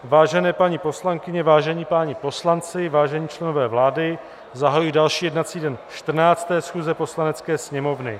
Vážené paní poslankyně, vážení páni poslanci, vážení členové vlády, zahajuji další jednací den 14. schůze Poslanecké sněmovny.